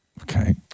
Okay